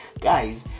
guys